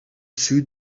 sud